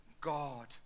god